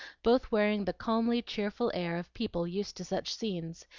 both wearing the calmly cheerful air of people used to such scenes,